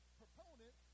proponent